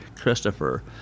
Christopher